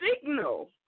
signal